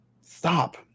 stop